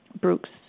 Brooks